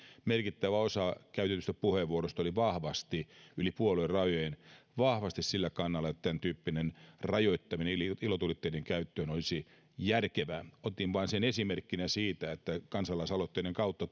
merkittävä osa käytetyistä puheenvuoroista oli vahvasti yli puoluerajojen sillä kannalla että tämän tyyppinen ilotulitteiden käytön rajoittaminen olisi järkevää otin vain sen esimerkkinä siitä että kansalaisaloitteiden kautta